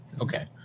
okay